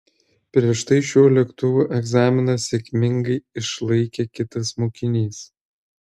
prieš tai šiuo lėktuvu egzaminą sėkmingai išlaikė kitas mokinys